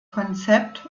konzept